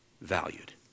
valued